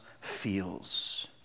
feels